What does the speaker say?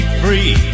free